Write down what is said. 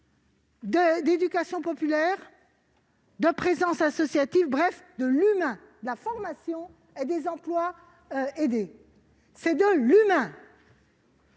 l'éducation populaire et la présence associative, bref, de l'humain. La formation et les emplois aidés, c'est de l'humain